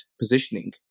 positioning